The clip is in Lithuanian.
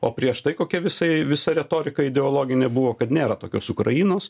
o prieš tai kokia visai visa retorika ideologinė buvo kad nėra tokios ukrainos